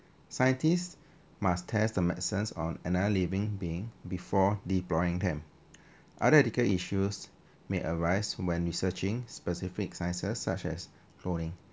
scientists must test the medicines on another living being before deploying them other ethical issues may arise when researching specific sciences such as cloning